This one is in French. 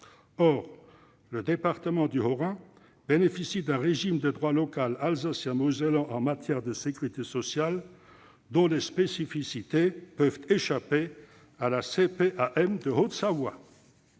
Or le département du Haut-Rhin bénéficie d'un régime de droit local alsacien-mosellan en matière de sécurité sociale dont les spécificités peuvent échapper à la CPAM de Haute-Savoie.